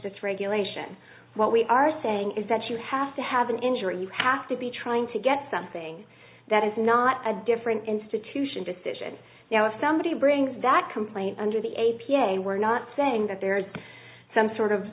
this regulation what we are saying is that you have to have an injury you have to be trying to get something that is not a different institution decision now if somebody brings that complaint under the a p a we're not saying that there is some sort of